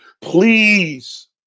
Please